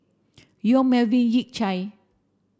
Yong Melvin Yik Chye